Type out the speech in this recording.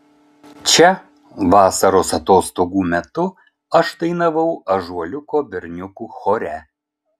čia vasaros atostogų metu aš dainavau ąžuoliuko berniukų chore